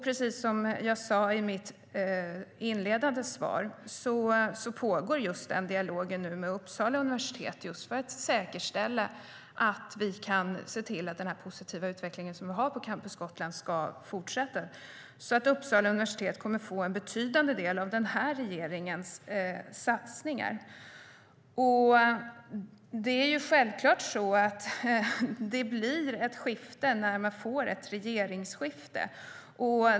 Precis som jag sade i mitt inledande interpellationssvar pågår den dialogen nu med Uppsala universitet just för att säkerställa att den positiva utvecklingen på Campus Gotland ska fortsätta. Uppsala universitet kommer att få en betydande del av den här regeringens satsningar. Det är självklart att det blir ett skifte när man får en ny regering.